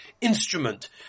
instrument